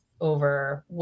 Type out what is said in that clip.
over